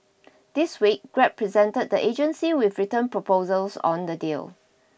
this week Grab presented the agency with written proposals on the deal